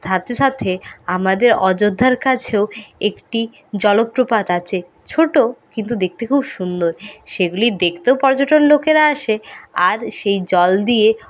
সাথে সাথে আমাদের আযোধ্যার কাছেও একটি জলপ্রপাত আছে ছোটো কিন্তু দেখতে খুব সুন্দর সেগুলি দেখতেও পর্যটন লোকেরা আসে আর সেই জল দিয়ে